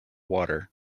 water